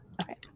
Okay